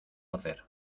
hacer